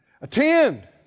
attend